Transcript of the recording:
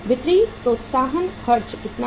बिक्री प्रोत्साहन खर्च कितना था